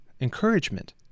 encouragement